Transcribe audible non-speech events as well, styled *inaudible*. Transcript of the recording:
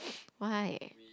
*noise* why